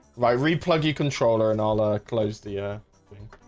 by replug you controller and all our clothes the ah